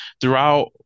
throughout